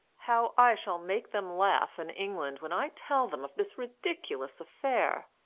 how i shall make them laugh in england when i tell them of this ridiculous affair!